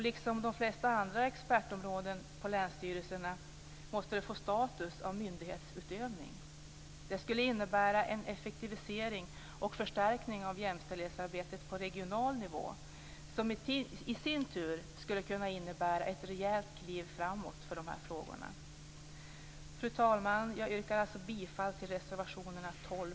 Liksom de flesta andra expertområden på länsstyrelserna måste det få status av myndighetsutövning. Det skulle innebära en effektivisering och förstärkning av jämställdhetsarbetet på regional nivå som i sin tur skulle kunna innebära ett rejält kliv framåt för de här frågorna. Fru talman! Jag yrkar bifall till reservationerna 12